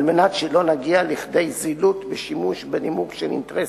על מנת שלא נגיע לכדי זילות בשימוש בנימוק של אינטרס